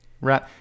right